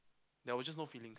there was just no feeling